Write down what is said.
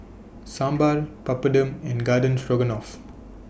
Sambar Papadum and Garden Stroganoff